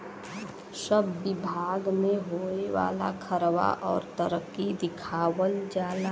सब बिभाग मे होए वाला खर्वा अउर तरक्की दिखावल जाला